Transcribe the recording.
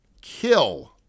kill